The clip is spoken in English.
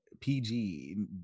PG